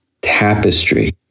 tapestry